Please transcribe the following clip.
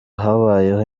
habayeho